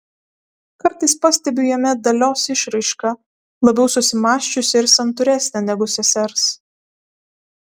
kartais pastebiu jame dalios išraišką labiau susimąsčiusią ir santūresnę negu sesers